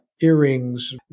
earrings